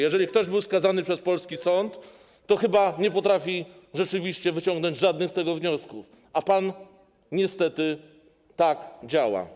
Jeżeli ktoś był skazany przez polski sąd, to chyba nie potrafi rzeczywiście wyciągnąć z tego żadnych wniosków, a pan niestety tak działa.